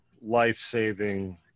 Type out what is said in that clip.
life-saving